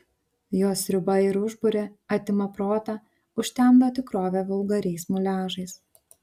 jos siurbia ir užburia atima protą užtemdo tikrovę vulgariais muliažais